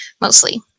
mostly